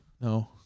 no